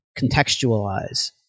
contextualize